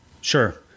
Sure